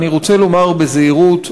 אני רוצה לומר בזהירות,